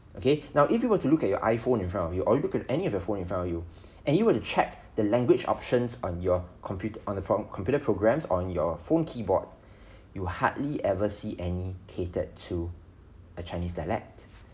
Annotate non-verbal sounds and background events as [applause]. okay [breath] now if you were to look at your iphone in front of you or you could any of your phone in front of you [breath] and you will check the language options on your computer on from computer programs on your phone keyboard [breath] you hardly ever see any catered to a chinese dialect